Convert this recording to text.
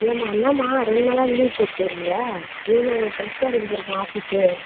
ஏம்மா என்னமா ரெண்டு நாளாக லீவ் போட்டுன்னு இருக்கிற இவ்வளோ டஸ்ட்டாக இருக்குது பாருமா ஆஃபீஸு